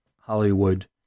Hollywood